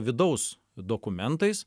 vidaus dokumentais